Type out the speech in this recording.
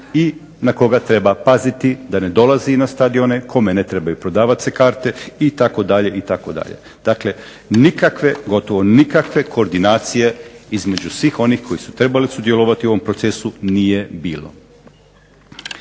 i na koga treba paziti da ne dolazi na stadione, kome ne trebaju prodavati se karte itd., itd. Dakle nikakve, gotovo nikakve koordinacije između svih onih koji su trebali sudjelovati u ovom procesu nije bilo.